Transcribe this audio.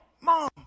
Mom